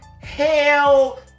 hell